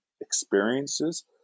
experiences